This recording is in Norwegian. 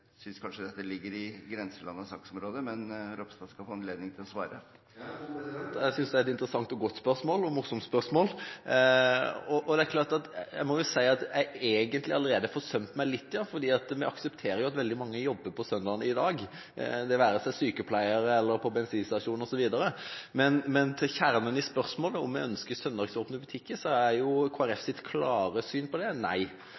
kanskje dette ligger i grenseland av saksområdet, men representanten Ropstad skal få anledning til å svare. Gode president! Jeg synes det er et interessant og godt spørsmål – og morsomt spørsmål. Jeg må si at jeg egentlig allerede har forsømt meg litt, fordi vi aksepterer at veldig mange jobber på søndag i dag, det være seg sykepleiere eller de på bensinstasjonene osv. Men til kjernen i spørsmålet, om vi ønsker søndagsåpne butikker: Kristelig Folkepartis klare syn på det er nei.